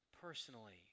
personally